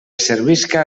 servisca